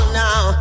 now